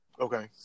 Okay